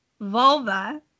vulva